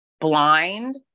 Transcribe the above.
blind